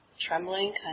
trembling